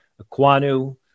Aquanu